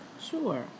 Sure